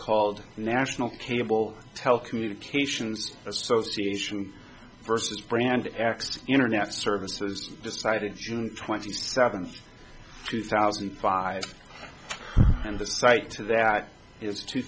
called national cable telecommunications association versus brand x to internet services decided june twenty seventh two thousand and five and the site to that is two